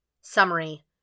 Summary